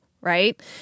right